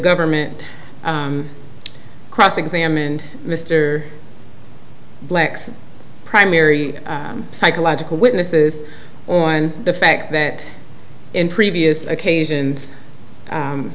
government cross examined mr black's primary psychological witnesses on the fact that in previous occasions